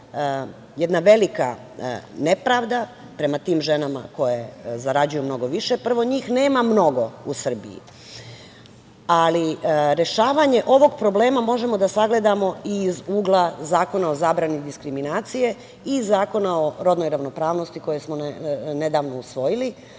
jedna velika nepravda prema tim ženama koje zarađuju mnogo više. Prvo, njih nema mnogo u Srbiji, ali rešavanje ovog problema možemo da sagledamo i iz ugla Zakona o zabrani diskriminacije i Zakona o rodnoj ravnopravnosti koje smo nedavno usvojili,